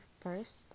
first